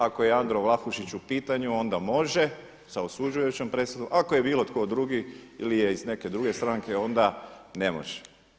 Ako je Andro Vlahušić u pitanju, onda može sa osuđujućom presudom, ako je bilo tko drugi ili je iz neke druge stranke, onda ne može.